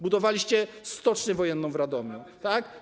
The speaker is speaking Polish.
Budowaliście stocznię wojenną w Radomiu, tak?